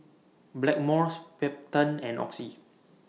Blackmores Peptamen and Oxy